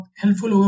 helpful